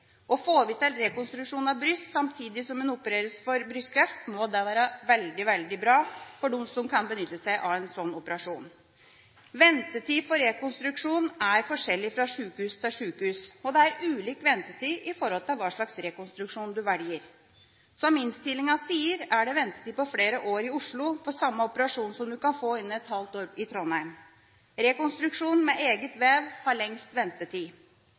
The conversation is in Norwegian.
Og får vi til rekonstruksjon av bryst samtidig som en opereres for brystkreft, må det være veldig, veldig bra for dem som kan benytte seg av en slik operasjon. Ventetid for rekonstruksjon er forskjellig fra sykehus til sykehus, og det er ulik ventetid i forhold til hva slags rekonstruksjon du velger. Som det står i innstillinga, er det ventetid på flere år i Oslo for samme operasjon som du kan få innen et halvt år i Trondheim. Rekonstruksjon med eget vev har lengst ventetid.